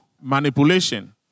manipulation